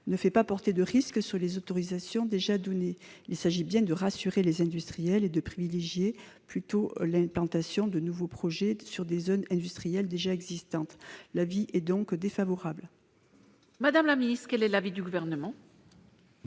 ne font pas peser de risque sur les autorisations déjà données. Il s'agit bien de rassurer les industriels et de privilégier plutôt l'implantation de nouveaux projets sur des zones industrielles déjà existantes. L'avis est donc défavorable. Quel est l'avis du Gouvernement ?